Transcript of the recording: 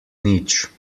nič